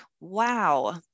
wow